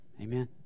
Amen